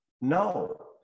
no